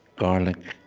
garlic,